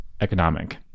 economic